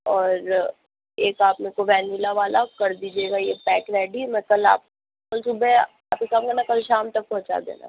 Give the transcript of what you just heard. और एक आप मेरे को वेनीला वाला कर दीजिएगा ये पैक रेडी मैं कल आप कल सुबह आप एक काम करना कल शाम तक पहुँचा देना